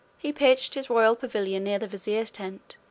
he pitched his royal pavilion near the vizier's tent,